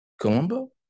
Colombo